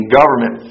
government